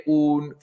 un